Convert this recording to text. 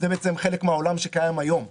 39. בפסקה (1),